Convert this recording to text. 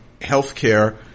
healthcare